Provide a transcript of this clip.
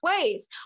ways